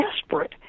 desperate